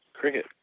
cricket